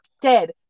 dead